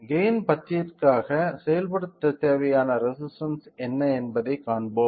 gain 10 திற்காக செயல்படுத்த தேவையான ரெசிஸ்டன்ஸ் என்ன என்பதை காண்போம்